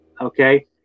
Okay